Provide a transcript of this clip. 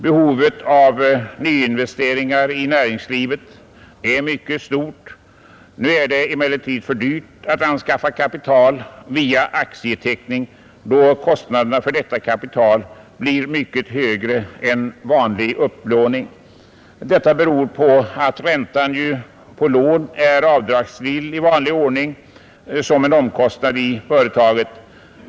Behovet av nyinvesteringar i näringslivet är mycket stort. Nu är det emellertid för dyrt att anskaffa kapital via aktieteckning, då kostnaderna för detta kapital blir mycket högre än för vanlig upplåning. Detta beror på att räntan på lån är avdragsgill i vanlig ordning som en omkostnad i företaget.